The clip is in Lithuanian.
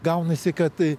gaunasi kad